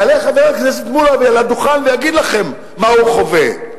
יעלה חבר הכנסת מולה לדוכן ויגיד לכם מה הוא חווה.